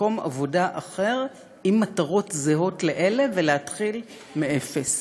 מקום עבודה אחר עם מטרות זהות לאלה ולהתחיל מאפס.